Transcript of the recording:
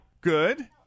Good